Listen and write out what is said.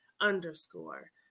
underscore